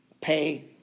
pay